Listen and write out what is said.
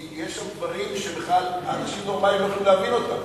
כי יש שם דברים שאנשים נורמלים בכלל לא יכולים להבין אותם.